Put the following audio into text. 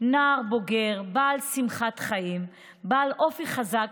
נער בוגר בעל שמחת חיים, בעל אופי חזק,